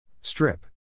Strip